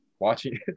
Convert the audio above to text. Watching